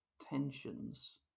tensions